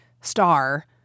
star